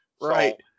right